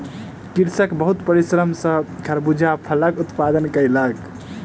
कृषक बहुत परिश्रम सॅ खरबूजा फलक उत्पादन कयलक